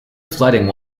flooding